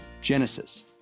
genesis